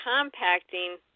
compacting